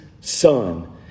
Son